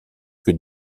que